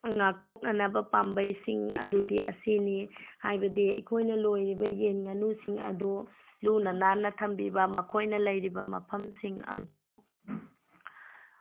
ꯉꯥꯛꯊꯣꯛꯅꯅꯕ ꯄꯥꯝꯕꯩ ꯁꯤꯡ ꯑꯗꯨꯗꯤ ꯑꯁꯤꯅꯤ ꯍꯥꯏꯕꯗꯤ ꯑꯩꯈꯣꯏꯅ ꯂꯣꯏꯔꯤꯕ ꯌꯦꯟ ꯉꯥꯅꯨꯁꯤꯡ ꯑꯗꯨ ꯂꯨꯟꯅ ꯅꯥꯟꯅ ꯊꯝꯕꯤꯕ ꯃꯈꯣꯏꯅ ꯂꯩꯔꯤꯕ ꯃꯐꯝꯁꯤꯡ ꯑꯗꯨ